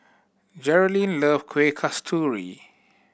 Jerilynn love Kueh Kasturi